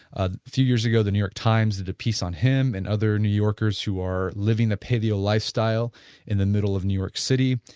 a few years ago, the new york times, the the peace on him, and other new yorkers who are living the paleo lifestyle in the middle of new york city.